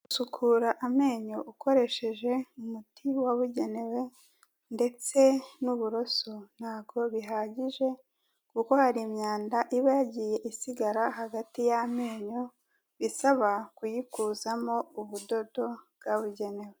Gusukura amenyo ukoresheje umuti wabugenewe ndetse n'uburoso ntago bihagije kuko hari imyanda iba yagiye isigara hagati y'amenyo, bisaba kuyikuzamo ubudodo bwabugenewe.